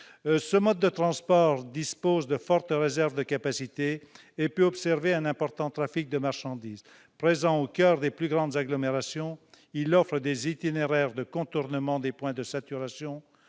Ce mode de transport dispose de fortes réserves de capacité et peut absorber un important trafic de marchandises. Présent au coeur des plus grandes agglomérations, il offre des itinéraires de contournement des points de saturation,